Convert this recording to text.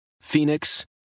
Phoenix